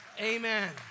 amen